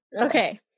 Okay